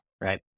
right